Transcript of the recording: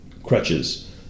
crutches